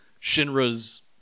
Shinra's